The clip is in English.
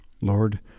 Lord